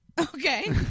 Okay